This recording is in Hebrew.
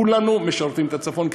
כולנו משרתים את הצפון,